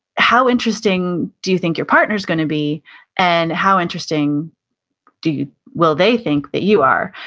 how interesting do you think your partner's gonna be and how interesting do you, will they think that you are?